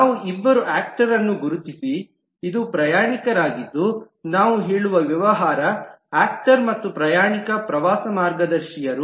ನಾವು ಇಬ್ಬರು ಆಕ್ಟರ್ ನರನ್ನು ಗುರುತಿಸಿ ಇದು ಪ್ರಯಾಣಿಕರಾಗಿದ್ದು ನಾವು ಹೇಳುವ ವ್ಯವಹಾರ ಆಕ್ಟರ್ ನ ಮತ್ತು ಪ್ರಯಾಣಿಕ ಪ್ರವಾಸ ಮಾರ್ಗದರ್ಶಿ ಯಾರು